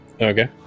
okay